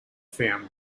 family